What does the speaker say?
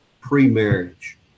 pre-marriage